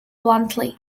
bluntly